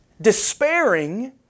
despairing